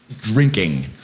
Drinking